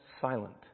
silent